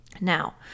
Now